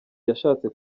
yashatse